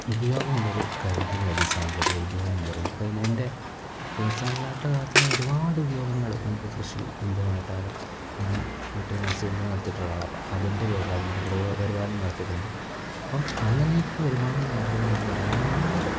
ഉപയോഗമുള്ള ഒരു കാര്യംതന്നെ ആയിരിക്കും സാങ്കേതിക വിദ്യ എന്ന് പറയുന്നത് നമുക്ക് അതിന് എൻ്റെ പേഴ്സണൽ ആയിട്ടുള്ള കാര്യത്തിന് ഒരുപാട് ഉപയോഗങ്ങൾ നമുക്ക് കൃഷി എന്തുമായിട്ടായാലും ഞാൻ വീട്ടിൽ മത്സ്യബന്ധനം നടത്തിയിട്ടുള്ള ആളാ അപ്പോൾ അതിൻ്റെ പേരിലാ മൃഗപരിപാലനം നടത്തിയിട്ടുണ്ട് അപ്പം അങ്ങനെയൊക്കെ ഉള്ള ഒരുപാട് കാര്യത്തിന് നമുക്ക് ഒരുപാട്